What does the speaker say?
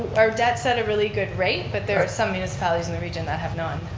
our debt's at a really good rate but there are some municipalities in the region that have none.